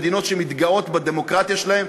מדינות שמתגאות בדמוקרטיה שלהן,